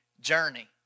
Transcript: journey